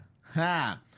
Ha